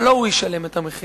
אבל לא הוא ישלם את המחיר.